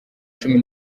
cumi